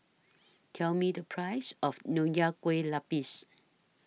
Tell Me The Price of Nonya Kueh Lapis